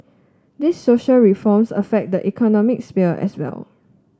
these social reforms affect the economic sphere as well